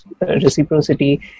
reciprocity